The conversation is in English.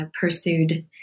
pursued